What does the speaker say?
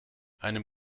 einem